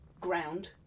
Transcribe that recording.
ground